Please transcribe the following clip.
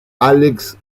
alex